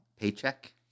Paycheck